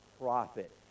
profit